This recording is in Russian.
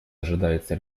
ожидается